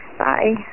bye